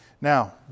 Now